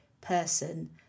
person